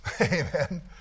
amen